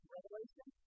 Revelation